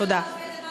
ראש ממשלה